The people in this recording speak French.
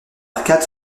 arcades